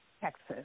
Texas